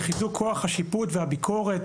לחיזוק כוח השיפוט והביקורת